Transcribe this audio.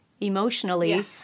emotionally